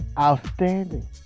Outstanding